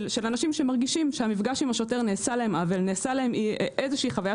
של אנשים שמרגישים שבמפגש עם השוטר נעשה להם עוול או אי צדק